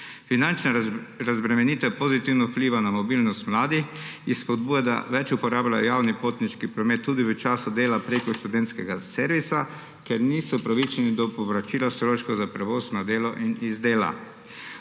Finančna razbremenitev pozitivno vpliva na mobilnost mladih, jih spodbuja, da več uporabljajo javni potniški promet tudi v času dela preko študentskega servisa, kjer niso upravičeni do povračila stroškov za prevoz na delo in z dela.